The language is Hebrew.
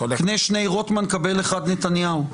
קנה שני רוטמן, קבל אחד נתניהו.